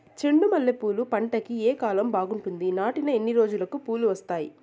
చెండు మల్లె పూలు పంట కి ఏ కాలం బాగుంటుంది నాటిన ఎన్ని రోజులకు పూలు వస్తాయి